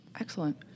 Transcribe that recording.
Excellent